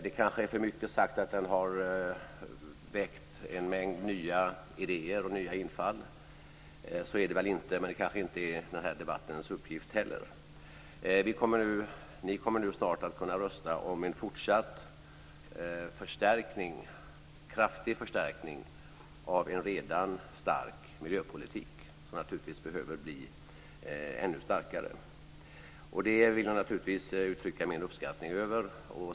Det kanske är för mycket sagt att den har väckt en mängd nya idéer och nya infall. Så är det väl inte, men det kanske heller inte är denna debatts uppgift. Ni kommer nu snart att kunna rösta om en fortsatt kraftig förstärkning av en redan stark miljöpolitik, som naturligtvis behöver bli ännu starkare. Det vill jag naturligtvis uttrycka min uppskattning över.